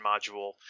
module